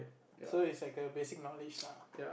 so is like a basic knowledge lah